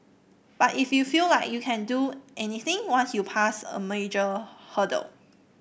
but if you feel like you can do anything once you passed a major hurdle